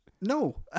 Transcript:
No